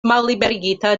malliberigita